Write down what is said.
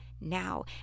now